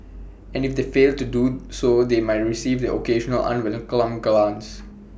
and if they fail to do so they might receive the occasional unwelcome glance